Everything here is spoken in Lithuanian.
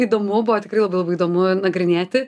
įdomu buvo tikrai labai labai įdomu nagrinėti